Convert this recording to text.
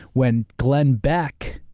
when glenn beck,